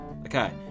Okay